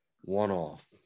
one-off